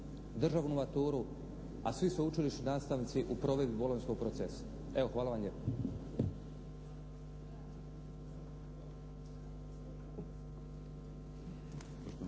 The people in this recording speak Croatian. državnu maturu a svi sveučilišni nastavnici u provedbi bolonjskog procesa. Evo, hvala vam lijepa.